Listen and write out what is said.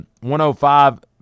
105